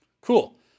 Cool